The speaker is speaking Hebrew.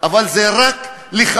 שזה לא יעבור שום דבר,